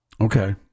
Okay